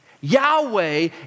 Yahweh